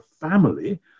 family